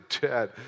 dead